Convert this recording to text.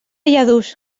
lladurs